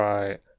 Right